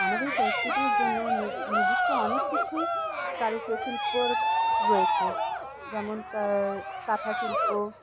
আমাদের সংস্কৃতির জন্য নির্দিষ্ট অনেক কিছুই কারু শিল্প রয়েছে যেমন কাঁথা শিল্প